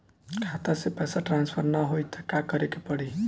खाता से पैसा ट्रासर्फर न होई त का करे के पड़ी?